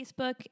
Facebook